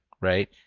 right